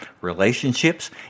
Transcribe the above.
relationships